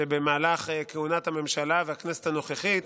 הוא שבמהלך כהונת הממשלה והכנסת הנוכחית,